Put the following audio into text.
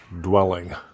dwelling